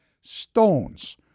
stones